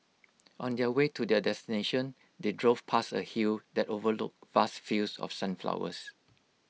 on their way to their destination they drove past A hill that overlooked vast fields of sunflowers